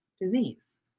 disease